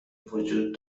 وجود